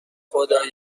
خدای